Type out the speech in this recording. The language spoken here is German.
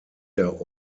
der